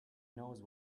knows